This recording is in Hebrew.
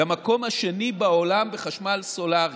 למקום השני בעולם בחשמל סולרי.